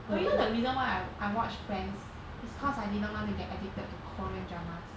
but you know the reason why I I watch friends it's cause I didn't want to get addicted to korean dramas